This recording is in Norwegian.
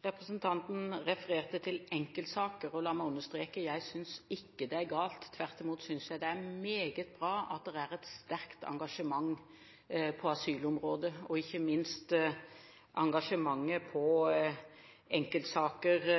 Representanten refererte til enkeltsaker. La meg understreke: Jeg synes ikke det er galt, tvert imot synes jeg det er meget bra at det er et sterkt engasjement på asylområdet. Ikke minst engasjementet i enkeltsaker